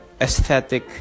aesthetic